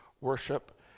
worship